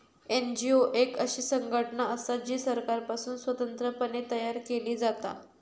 NGO एक अशी संघटना असा जी सरकारपासुन स्वतंत्र पणे तयार केली जाता